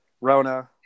rona